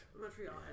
Montreal